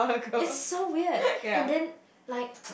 it's so weird and then like